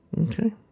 okay